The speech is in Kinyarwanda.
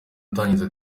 atangiza